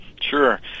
Sure